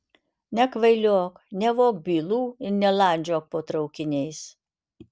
nekvailiok nevok bylų ir nelandžiok po traukiniais